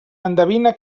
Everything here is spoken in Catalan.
endevina